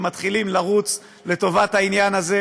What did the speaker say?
והוא מתחיל לרוץ לטובת העניין הזה.